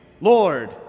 Lord